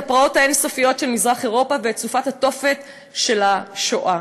את הפרעות האין-סופיות של מזרח אירופה ואת סופת התופת של השואה.